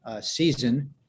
season